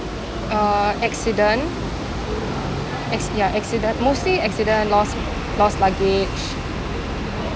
uh accident acci~ ya accide~ mostly accident lost lost luggage